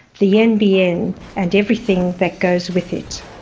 the nbn and everything that goes with it.